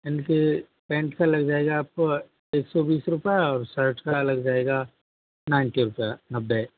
इनके पेंट का लग जाएगा आपको एक सौ बीस रुपये और शर्ट का लग जाएगा नाइनटी रुपये नब्बे